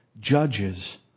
Judges